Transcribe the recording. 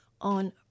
on